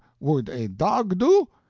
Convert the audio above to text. would a dog do?